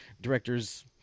directors